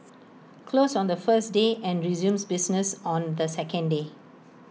closed on the first day and resumes business on the second day